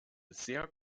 sehr